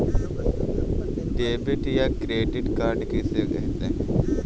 Debit या credit card किसे कहते हैं?